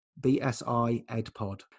BSIEdPod